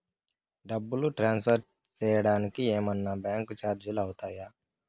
డబ్బును ట్రాన్స్ఫర్ సేయడానికి ఏమన్నా బ్యాంకు చార్జీలు అవుతాయా?